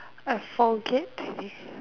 I forget that this